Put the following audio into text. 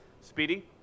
Speedy